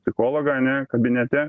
psichologą ane kabinete